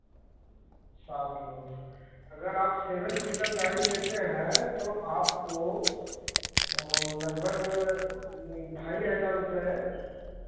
सात लोग अगर आप सेवेन सीटर गाड़ी लेते हैं तो आपको लग भग ढाई हज़ार रुपये